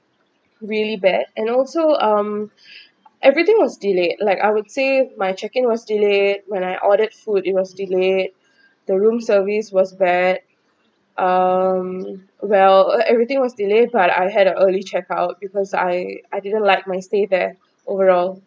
really bad and also um everything was delayed like I would say my check in was delayed when I ordered food it was delayed the room service was bad um well uh everything was delayed but I had a early check out because I I didn't like my stay there overall